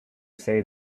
say